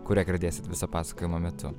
kurią girdėsit viso pasakojimo metu